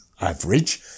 average